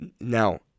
now